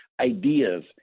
ideas